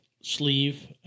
sleeve